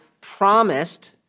promised